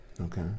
Okay